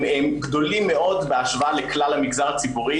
גדולים מאוד בהשוואה לכלל המגזר הציבורי.